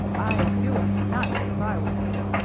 i'd do it to-night, if i were you,